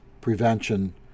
prevention